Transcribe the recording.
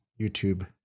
youtube